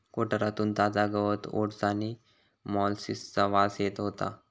कोठारातून ताजा गवत ओट्स आणि मोलॅसिसचा वास येत होतो